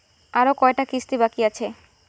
আরো কয়টা কিস্তি বাকি আছে?